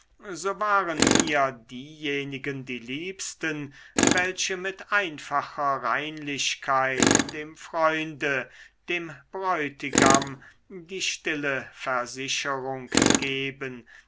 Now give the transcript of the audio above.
so waren mir diejenigen die liebsten welche mit einfacher reinlichkeit dem freunde dem bräutigam die stille versicherung geben